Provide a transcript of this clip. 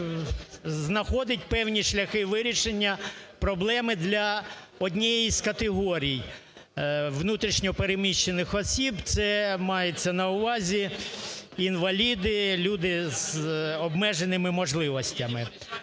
знаходить певні шляхи вирішення проблеми для однієї з категорій внутрішньо переміщених осіб, це мається на увазі інваліди, люди з обмеженими можливостями.